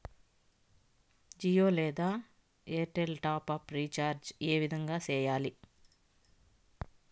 జియో లేదా Airtel top up recharge ఏ విధంగా సేయాలి